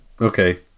Okay